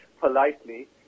politely